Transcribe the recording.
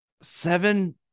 seven